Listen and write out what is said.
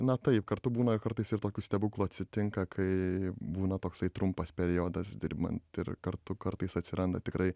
na taip kartu būna kartais ir tokių stebuklų atsitinka kai būna toksai trumpas periodas dirbant ir kartu kartais atsiranda tikrai